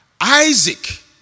Isaac